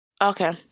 okay